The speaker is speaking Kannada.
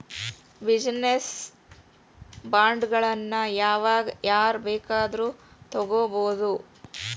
ಬಿಜಿನೆಸ್ ಬಾಂಡ್ಗಳನ್ನ ಯಾವಾಗ್ ಯಾರ್ ಬೇಕಾದ್ರು ತಗೊಬೊದು?